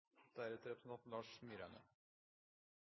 deretter representanten